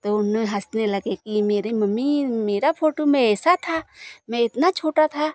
तो उन हँसने लगे कि मेरी मम्मी मेरी फोटो मैं ऐसा था मैं इतना छोटा था